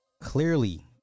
Clearly